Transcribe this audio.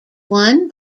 won